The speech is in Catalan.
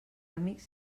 amics